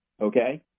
Okay